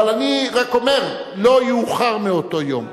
אני רק אומר: לא יאוחר מאותו יום.